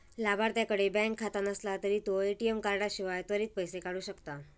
लाभार्थ्याकडे बँक खाता नसला तरी तो ए.टी.एम कार्डाशिवाय त्वरित पैसो काढू शकता